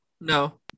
No